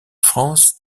france